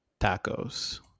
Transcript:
tacos